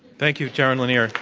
thank you, jaron lanier.